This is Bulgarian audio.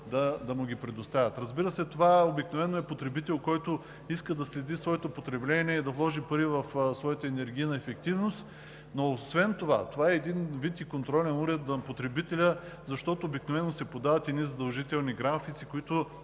на всеки пожелал. Разбира се, това обикновено е потребител, който иска да следи своето потребление и да вложи пари в своята енергийна ефективност. Но освен това той е и контролен уред на потребителя, защото обикновено се подават едни задължителни графици, които